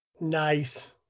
Nice